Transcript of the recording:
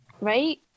right